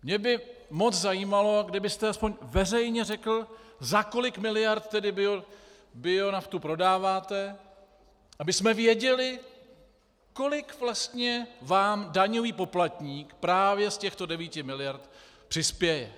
Mě by moc zajímalo, kdybyste aspoň veřejně řekl, za kolik miliard tedy bionaftu prodáváte, abychom věděli, kolik vlastně vám daňový poplatník právě z těchto devíti miliard přispěje.